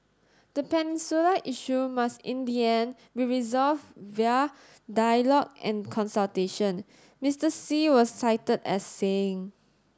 the peninsula issue must in the end be resolved via dialogue and consultation Mister Xi was cited as saying